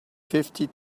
fifty